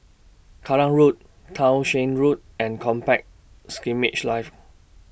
Kallang Road Townshend Road and Combat Skirmish Live